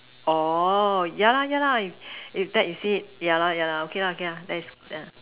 orh yeah lah yeah lah if that you said it yeah lah yeah lah okay lah okay ya that is that is